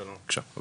בבקשה.